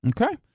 okay